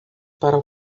para